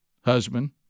husband